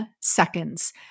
seconds